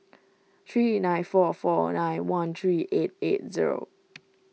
three nine four four nine one three eight eight zero